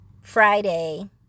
Friday